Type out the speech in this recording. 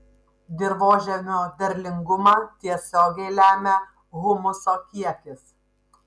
dirvožemio derlingumą tiesiogiai lemia humuso kiekis